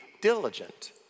diligent